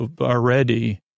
already